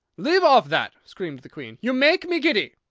leave off that! screamed the queen. you make me giddy.